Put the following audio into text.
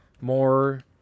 more